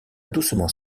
doucement